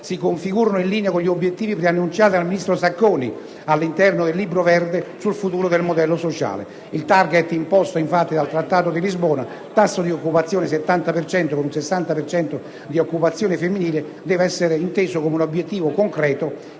si configurano in linea con gli obiettivi preannunciati dal ministro Sacconi all'interno del Libro verde sul futuro del modello sociale. Il *target* imposto dal Trattato di Lisbona (tasso di occupazione al 70 per cento, con un 60 per cento di occupazione femminile) deve infatti essere inteso come un obiettivo concreto